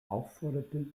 aufforderte